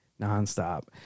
nonstop